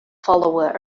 follower